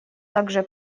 также